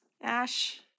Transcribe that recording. Ash